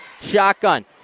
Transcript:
Shotgun